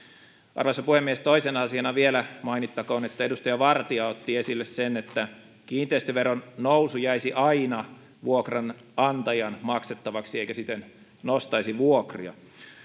arvoisa puhemies toisena asiana vielä mainittakoon edustaja vartia otti esille sen että kiinteistöveron nousu jäisi aina vuokranantajan maksettavaksi eikä siten nostaisi vuokria